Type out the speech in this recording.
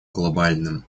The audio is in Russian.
глобальным